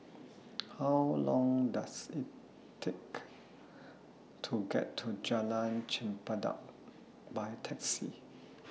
How Long Does IT Take to get to Jalan Chempedak By Taxi